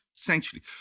Essentially